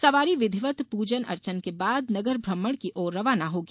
सवारी विधिवत पूजन अर्चन के बाद नगर भ्रमण की ओर रवाना होगी